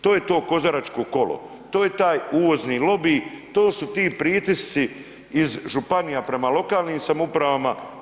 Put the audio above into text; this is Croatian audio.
To je to kozaračko kolo, to je taj uvozni lobi, to su ti pritisci iz županija prema lokalnim samoupravama.